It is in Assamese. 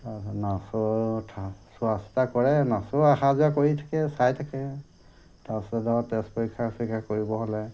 নাৰ্ছেও চোৱা চিতা কৰে নাৰ্ছো অহা যোৱা কৰি থাকে চাই থাকে তাৰপিছত ধৰক তেজ পৰীক্ষা চৰীক্ষা কৰিব হ'লে